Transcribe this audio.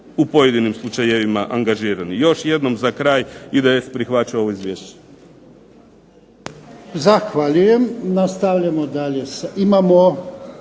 u pojedinim slučajevima angažirani. Još jednom za kraj IDS prihvaća ovo izvješće.